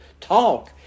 talk